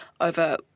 over